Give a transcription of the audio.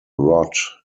rod